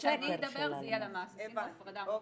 כשאני אדבר זה יהיה למ"ס, עשינו הפרדה מוחלטת.